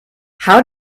how